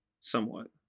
somewhat